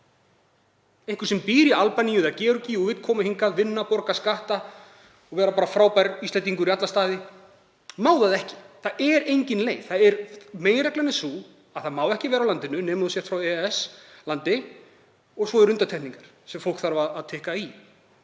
Einhver sem býr í Albaníu eða Georgíu og vill koma hingað og vinna, borga skatta og vera bara frábær Íslendingur í alla staði, má það ekki. Það er engin leið. Meginreglan er sú að þú mátt ekki vera á landinu nema þú sért frá EES-landi. Svo eru undantekningar sem fólk þarf að tikka í.